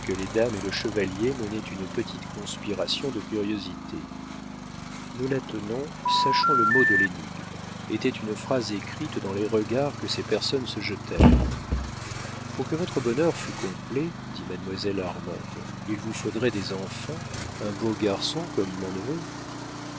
les dames et le chevalier menaient une petite conspiration de curiosité nous la tenons sachons le mot de l'énigme était une phrase écrite dans les regards que ces personnes se jetèrent pour que votre bonheur fût complet dit mademoiselle armande il vous faudrait des enfants un beau garçon comme mon neveu